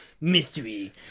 Mystery